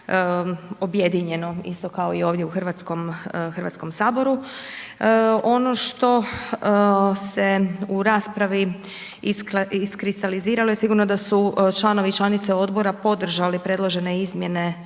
objedinjeno isto kao i ovdje u Hrvatskom saboru. Ono što se u raspravi iskristaliziralo sigurno je da su članice i članovi odbora podržali predložene izmjene